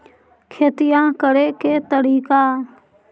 खेतिया करेके के तारिका?